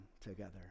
together